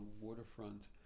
waterfront